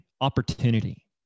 opportunity